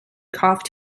coughed